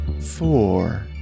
four